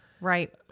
Right